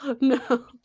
No